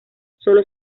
sólo